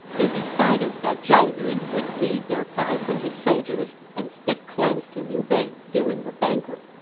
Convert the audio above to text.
they decided that zhao yun would lead their five hundred soldiers and stick close to liu bei during the banquet